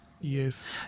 Yes